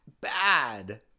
bad